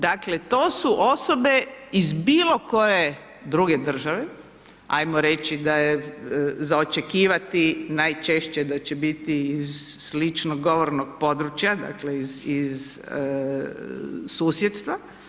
Dakle, to su osobe iz bilo koje druge države, ajmo reći da je za očekivati najčešće da će biti iz slično govornog područja, dakle, iz susjedstva.